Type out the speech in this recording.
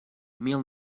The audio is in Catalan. mil